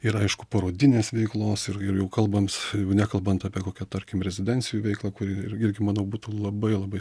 ir aišku parodinės veiklos ir ir jau kalbams jau nekalbant apie kokią tarkim rezidencijų veiklą kuri irgi manau būtų labai labai